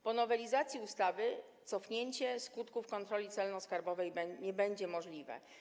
Po nowelizacji ustawy cofnięcie skutków kontroli celno-skarbowej nie będzie możliwe.